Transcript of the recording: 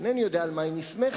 שאינני יודע על מה היא נסמכת,